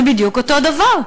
זה בדיוק אותו דבר.